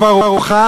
כבר הוכח,